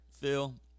Phil